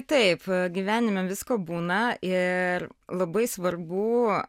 taip gyvenime visko būna ir labai svarbu